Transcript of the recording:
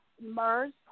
MERS